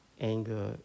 anger